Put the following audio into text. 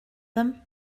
them